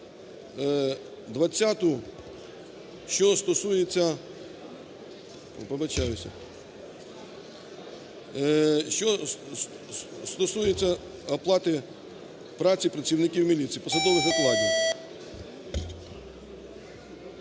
Що стосується оплати праці працівників міліції, посадових окладів.